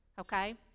Okay